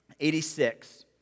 86